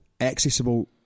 Accessible